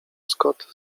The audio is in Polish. scott